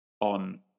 on